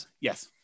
Yes